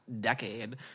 decade